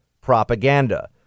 propaganda